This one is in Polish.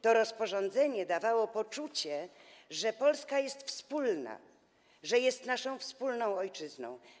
To rozporządzenie dawało poczucie, że Polska jest wspólna, że jest naszą wspólną ojczyzną.